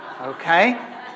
Okay